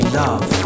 love